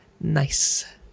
nice